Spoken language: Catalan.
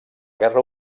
guerra